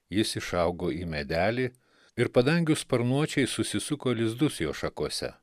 jis išaugo į medelį ir padangių sparnuočiai susisuko lizdus jo šakose